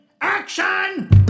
Action